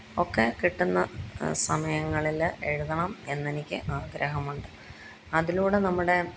ഒക്കെ കിട്ടുന്ന സമയങ്ങളില് എഴുതണം എന്ന് എനിക്ക് ആഗ്രഹമുണ്ട് അതിലൂടെ നമ്മുടെ